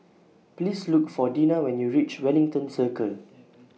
Please Look For Dina when YOU REACH Wellington Circle